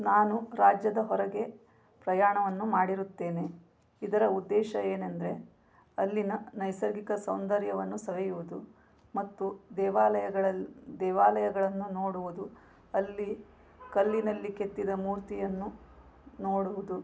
ನಾನು ರಾಜ್ಯದ ಹೊರಗೆ ಪ್ರಯಾಣವನ್ನು ಮಾಡಿರುತ್ತೇನೆ ಇದರ ಉದ್ದೇಶ ಏನೆಂದರೆ ಅಲ್ಲಿನ ನೈಸರ್ಗಿಕ ಸೌಂದರ್ಯವನ್ನು ಸವಿಯುವುದು ಮತ್ತು ದೇವಾಲಯಗಳಲ್ಲಿ ದೇವಾಲಯಗಳನ್ನು ನೋಡುವುದು ಅಲ್ಲಿ ಕಲ್ಲಿನಲ್ಲಿ ಕೆತ್ತಿದ ಮೂರ್ತಿಯನ್ನು ನೋಡುವುದು